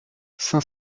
cinq